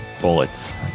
bullets